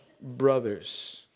brothers